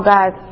God